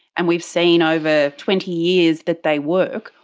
and we've seen over twenty years that they work,